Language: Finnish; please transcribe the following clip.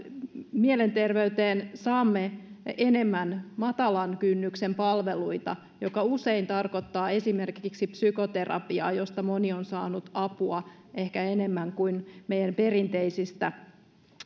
mielenterveyteen saamme enemmän matalan kynnyksen palveluita mikä usein tarkoittaa esimerkiksi psykoterapiaa josta moni on saanut apua ehkä enemmän kuin meidän perinteisistä